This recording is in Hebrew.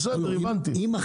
הבנתי,